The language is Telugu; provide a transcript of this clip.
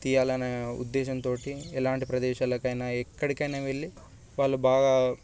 తీయాలనే ఉద్దేశంతోటి ఎలాంటి ప్రదేశంలోకేనా ఎక్కడికైనా వెళ్ళి వాళ్ళు బాగా